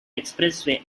expressway